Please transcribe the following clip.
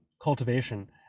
cultivation